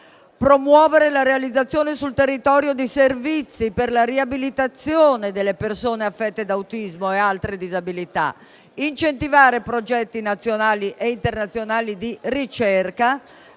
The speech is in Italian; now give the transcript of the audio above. promuovere la realizzazione sul territorio di servizi per la riabilitazione delle persone affette da autismo e altre disabilità; incentivare progetti nazionali e internazionali di ricerca;